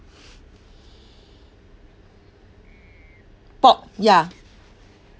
pork ya